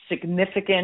significant